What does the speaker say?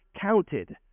counted